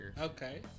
Okay